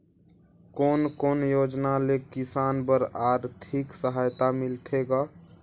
कोन कोन योजना ले किसान बर आरथिक सहायता मिलथे ग?